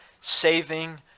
saving